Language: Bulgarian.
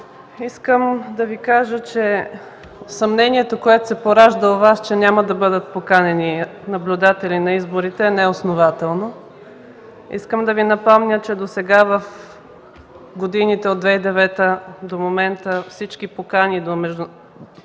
Искам да Ви кажа, че съмнението, което се поражда у Вас, че няма да бъдат поканени наблюдатели на изборите, е неоснователно. Искам да Ви напомня, че в годините от 2009 досега всички покани по изборите